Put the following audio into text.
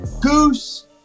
Goose